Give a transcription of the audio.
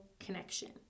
connection